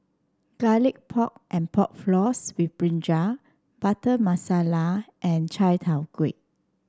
Garlic Pork and Pork Floss with brinjal Butter Masala and Chai Tow Kuay